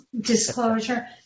disclosure